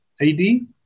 ID